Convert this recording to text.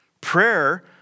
Prayer